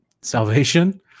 salvation